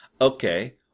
Okay